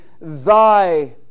Thy